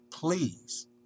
please